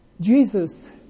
Jesus